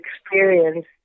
experience